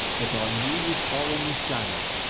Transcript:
that on you is fallen the shadow,